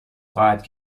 خواهد